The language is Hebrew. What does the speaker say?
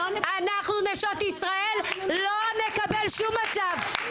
אנחנו נשות ישראל לא נקבל שוב מצב,